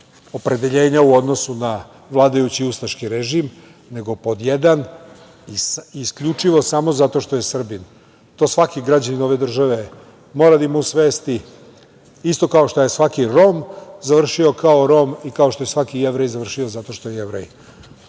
opredeljenja u odnosu na vladajući ustaški režim, nego pod jedan, isključivo samo zato što je Srbin. To svaki građanin ove države mora da ima u svesti, isto kao što je svaki Rom završio kao Rom i kao što je svaki Jevrej završio zato što je Jevrej.